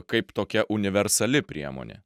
kaip tokia universali priemonė